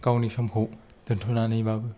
गावनि समखौ दोनथ'नानैब्लाबो